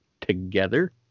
together